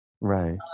Right